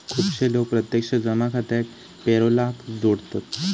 खुपशे लोक प्रत्यक्ष जमा खात्याक पेरोलाक जोडतत